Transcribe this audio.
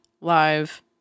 live